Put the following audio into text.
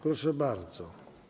Proszę bardzo.